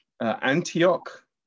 Antioch